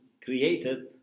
created